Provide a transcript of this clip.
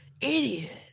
Idiot